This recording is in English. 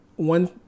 One